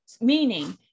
meaning